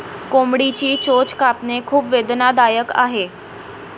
कोंबडीची चोच कापणे खूप वेदनादायक आहे